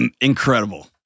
Incredible